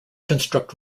construct